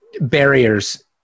barriers